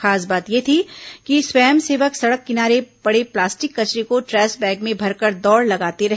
खास बात यह थी कि स्वयंसेवक सड़क किनारे पड़े प्लास्टिक कचरे को ट्रेस बैग में भरकर दौड़ लगाते रहे